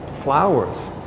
flowers